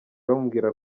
bamubwira